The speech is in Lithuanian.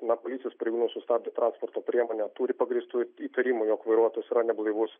na policijos pareigūnai sustabdę transporto priemonę turi pagrįstų įtarimų jog vairuotojas yra neblaivus